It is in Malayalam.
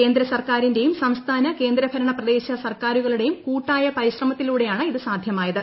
കേന്ദ്ര സർക്കാറിന്റെയും സംസ്ഥാന കേന്ദ്രഭരണ പ്രദേശ സർക്കാറുകളുടെയും കൂട്ടായ പരിശ്രമത്തിലൂടെയാണ് ഇത് സാധ്യമായത്